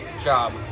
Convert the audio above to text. job